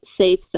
safe